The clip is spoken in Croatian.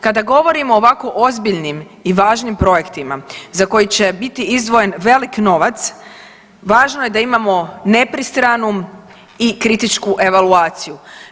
Kada govorimo o ovako ozbiljnim i važnim projektima za koje će biti izdvojen velik novac, važno je da imamo nepristranu i kritičku evaluaciju.